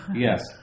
Yes